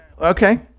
Okay